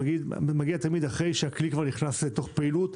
מגיע תמיד אחרי שהכלי כבר נכנס לפעילות?